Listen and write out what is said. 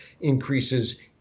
increases